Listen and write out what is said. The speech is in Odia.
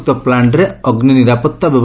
ସମ୍ମୃକ୍ତ ପ୍ଲାକ୍ରେ ଅଗ୍ନି ନିରାପଉ